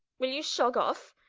will you shogge off?